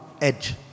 edge